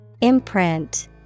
Imprint